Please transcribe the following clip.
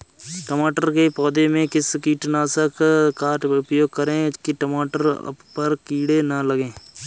टमाटर के पौधे में किस कीटनाशक का उपयोग करें कि टमाटर पर कीड़े न लगें?